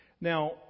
Now